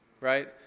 right